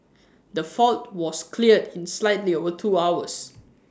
the fault was cleared in slightly over two hours